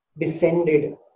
descended